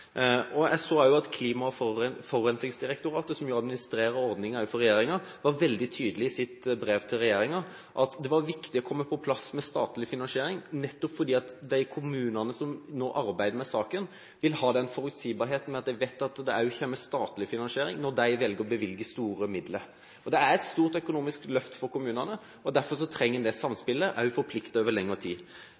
Jeg så også at Klima- og forurensningsdirektoratet, som jo administrerer ordningen for regjeringen, var veldig tydelig i sitt brev til regjeringen på at det var viktig å få på plass en statlig finansiering, nettopp fordi de kommunene som nå arbeider med saken, vil ha den forutsigbarheten at de vet at det også kommer statlig finansiering, og at de velger å bevilge store midler. Det er et stort økonomisk løft for kommunene, derfor trenger en det samspillet, også forpliktet over lengre tid.